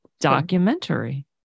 Documentary